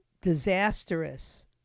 disastrous